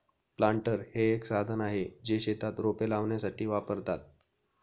planter हे एक साधन आहे, जे शेतात रोपे लावण्यासाठी वापरतात